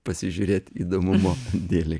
pasižiūrėt įdomumo dėlei